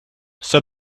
said